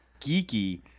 geeky